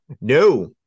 No